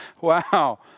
Wow